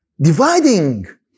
Dividing